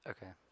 Okay